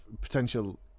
potential